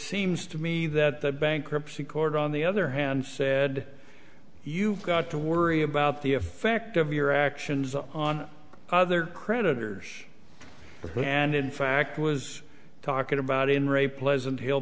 seems to me that the bankruptcy court on the other hand said you've got to worry about the effect of your actions on other creditors and in fact was talking about in re pleasant hill